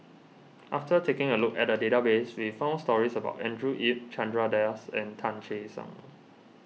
after taking a look at the database we found stories about Andrew Yip Chandra Das and Tan Che Sang